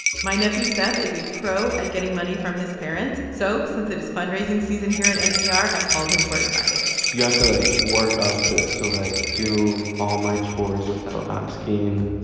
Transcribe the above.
my nephew seth is a pro at getting money from his parents. so since it is fundraising season here at npr, i called him for advice you have to, like, work up to it. so, like, do all my chores without asking.